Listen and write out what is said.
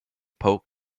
polk